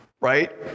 right